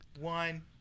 one